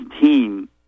team